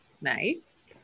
Nice